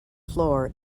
floor